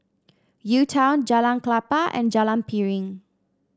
U Town Jalan Klapa and Jalan Piring